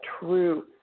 true